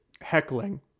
heckling